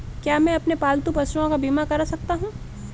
क्या मैं अपने पालतू पशुओं का बीमा करवा सकता हूं?